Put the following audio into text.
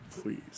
Please